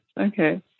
Okay